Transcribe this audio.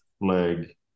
leg